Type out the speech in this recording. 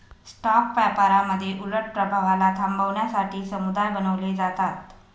stock व्यापारामध्ये उलट प्रभावाला थांबवण्यासाठी समुदाय बनवले जातात